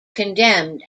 condemned